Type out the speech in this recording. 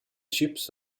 ships